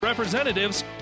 Representatives